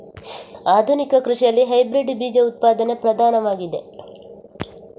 ಆಧುನಿಕ ಕೃಷಿಯಲ್ಲಿ ಹೈಬ್ರಿಡ್ ಬೀಜ ಉತ್ಪಾದನೆ ಪ್ರಧಾನವಾಗಿದೆ